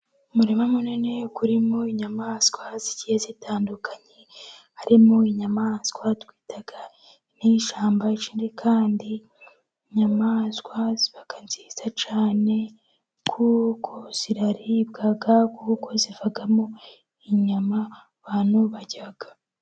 Umurima munini urimo inyamaswa zigiye zitandukanye ,harimo inyamaswa twita nk'iy'ishyamba, ikindi kandi inyamaswa ziba nziza cyane, kuko ziribwa , kuko zivamo inyama abantu barya.